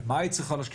במה היא צריכה להשקיע?